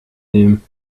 nehmen